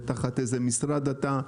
ותחת איזה משרד אתה.